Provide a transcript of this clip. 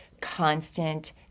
constant